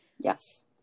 Yes